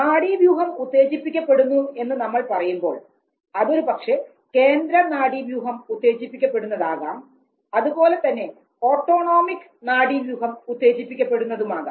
നാഡീവ്യൂഹം ഉത്തേജിപ്പിക്കപ്പെടുന്നു എന്ന് നമ്മൾ പറയുമ്പോൾ അതൊരുപക്ഷേ കേന്ദ്ര നാഡീവ്യൂഹം ഉത്തേജിപ്പിക്കപ്പെടുന്നതാകാം അതുപോലെതന്നെ ഓട്ടോണോമിക് നാഡീവ്യൂഹം ഉത്തേജിപ്പിക്കപ്പെടുന്നതാകാം